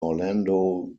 orlando